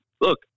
Look